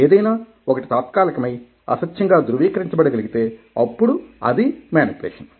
ఏదైనా ఒకటి తాత్కాలికమై అసత్యము గా ధృవీకరించబడ గలిగితే అప్పుడు అది మేనిప్యులేషన్